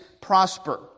prosper